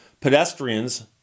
pedestrians